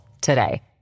today